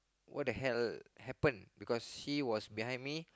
what the hell happen because he was behind me